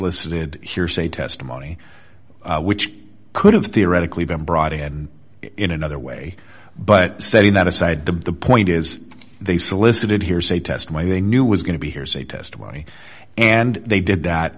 solicited hearsay testimony which could have theoretically been brought in in another way but setting that aside the point is they solicited hearsay testimony they knew was going to be hearsay testimony and they did that